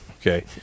okay